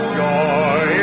joy